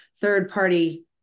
third-party